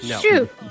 Shoot